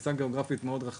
זו פריסה גיאוגרפית מאוד רחבה.